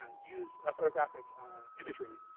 ah use ah photographic imagery,